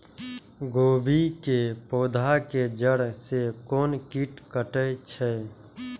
गोभी के पोधा के जड़ से कोन कीट कटे छे?